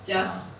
ya